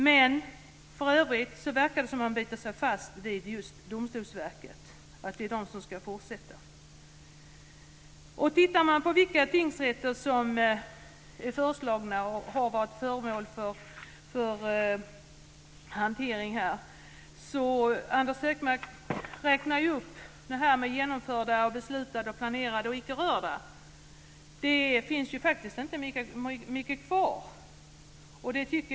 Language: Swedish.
Men för övrigt verkar det som att man biter sig fast vid just Domstolsverket och vill att det är verket som ska fortsätta. Anders Högmark räknade här upp dem som var genomförda, beslutade, planerade och icke rörda. Det finns faktiskt inte mycket kvar.